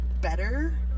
better